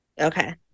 Okay